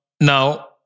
Now